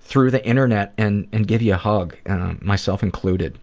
through the internet and and give you a hug and myself included.